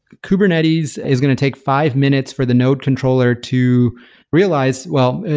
kubernetes is going to take five minutes for the node controller to realize well,